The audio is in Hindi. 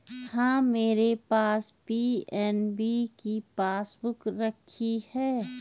हाँ, मेरे पास पी.एन.बी की पासबुक रखी है